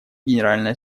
генеральной